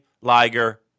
Liger